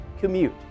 commute